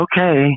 Okay